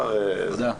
תודה.